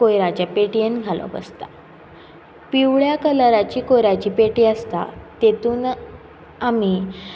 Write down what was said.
कोयराच्या पेटयेन घालप आसता पिवळ्या कलराची कोयराची पेटी आसता तातूंत आमी